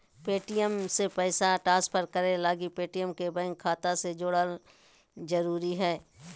Paytm से पैसा transfer करे लगी पेटीएम के बैंक खाता से जोड़े ल जरूरी हय